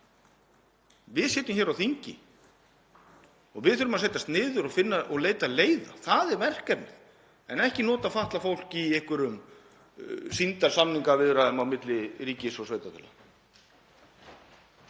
Við sitjum hér á þingi og við þurfum að setjast niður og leita leiða, það er verkefnið, en ekki nota fatlað fólk í einhverjum sýndarsamningaviðræðum milli ríkis og sveitarfélaga.